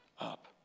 up